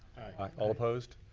aye all opposed?